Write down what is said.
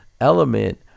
element